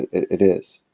it is.